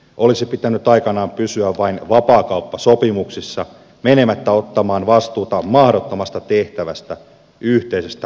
olisi pitänyt aikanaan pysyä vain vapaakauppasopimuksissa menemättä ottamaan vastuuta mahdottomasta tehtävästä yhteisestä rahapolitiikasta